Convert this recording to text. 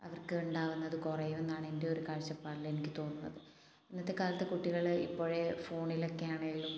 അവർക്ക് ഉണ്ടാവുന്നത് കുറയുമെന്നാണ് എൻ്റെ ഒരു കാഴ്ചപ്പാടിൽ എനിക്ക് തോന്നുന്നത് ഇന്നത്തെ കാലത്ത് കുട്ടികൾ ഇപ്പോഴെ ഫോണിലൊക്കെ ആണേലും